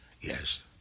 Yes